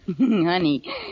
Honey